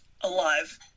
Alive